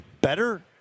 better